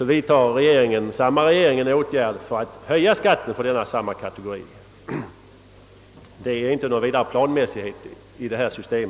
vidtar alltså samma regering en åtgärd för att höja skatten för denna kategori. Det är inte någon vidare planmässighet i detta system.